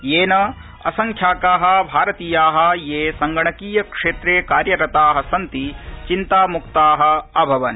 येन असंख्याका भारतीया ये संगणकीय क्षेत्रे कार्यरता सन्ति चिन्तामुक्ता अभवन्